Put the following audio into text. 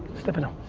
stephano.